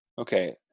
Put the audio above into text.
Okay